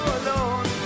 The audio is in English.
alone